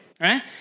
right